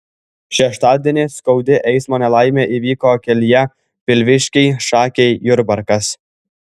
šeštadienį skaudi eismo nelaimė įvyko kelyje pilviškiai šakiai jurbarkas